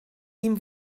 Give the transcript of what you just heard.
ihm